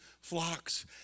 flocks